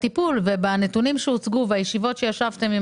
בטיפול ובנתונים שהוצגו ובישיבות שישבתם עם